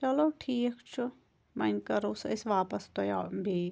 چلو ٹھیٖک چھُ وۄنۍ کَرو سۄ أسۍ واپَس تۄہہِ ٲں بیٚیہِ